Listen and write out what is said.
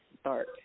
start